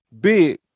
Big